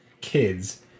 kids